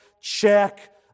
check